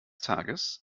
tages